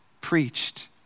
preached